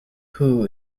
who